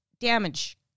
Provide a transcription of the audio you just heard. damage